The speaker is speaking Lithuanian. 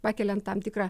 pakelian tam tikrą